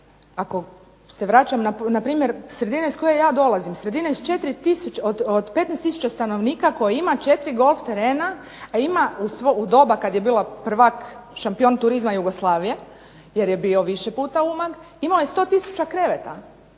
Ako se vraćam na primjer sredine iz koje ja dolazim, sredine od 15000 stanovnika koje ima 4 golf terena a ima u doba kad je bila prvak, šampion turizma Jugoslavija jer je bio više puta Umag imao je 100000 kreveta.